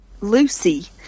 Lucy